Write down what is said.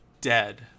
dead